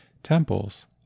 temples